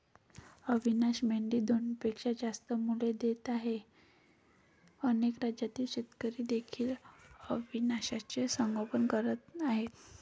अविशान मेंढी दोनपेक्षा जास्त मुले देत आहे अनेक राज्यातील शेतकरी देखील अविशानचे संगोपन करत आहेत